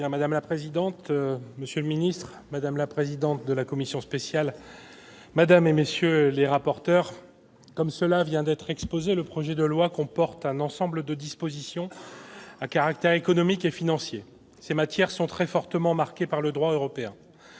Madame la présidente, monsieur le ministre, madame la présidente de la commission spéciale, madame, messieurs les rapporteurs, mes chers collègues, comme cela vient d'être exposé, le projet de loi comporte un ensemble de dispositions à caractère économique et financier. Ces matières sont très fortement marquées par le droit européen.